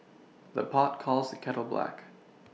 the pot calls kettle black